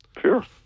Sure